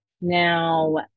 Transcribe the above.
now